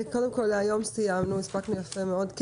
להיום, הספקנו יפה מאוד.